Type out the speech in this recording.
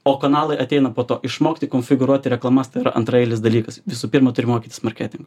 o kanalai ateina po to išmokti konfigūruoti reklamas tai yra antraeilis dalykas visų pirma turi mokytis marketingo